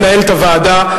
מנהלת הוועדה,